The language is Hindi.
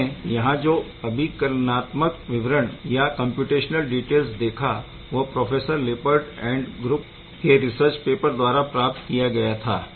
आपने यहाँ जो अभिकलनात्मक विवरण देखा वह प्रोफेसर लिप्पर्ड एंड ग्रुप के रिसर्च पेपर द्वारा प्राप्त किया गया था